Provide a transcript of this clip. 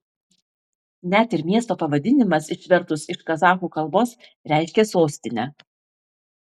net ir miesto pavadinimas išvertus iš kazachų kalbos reiškia sostinę